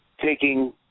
taking